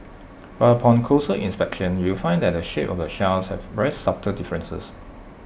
but upon closer inspection you will find that the shape of the shells have very subtle differences